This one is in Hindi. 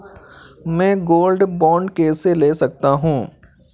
मैं गोल्ड बॉन्ड कैसे ले सकता हूँ?